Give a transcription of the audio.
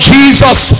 Jesus